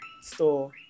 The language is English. store